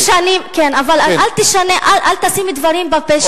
כן, אבל אל תשים דברים בפה שלי.